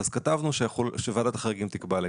אז כתבנו שוועדת החריגים תקבע לגביה.